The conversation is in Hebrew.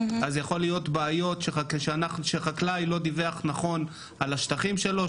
אז יכולות להיות בעיות כמו שחקלאי לא דיווח נכון על השטחים שלו,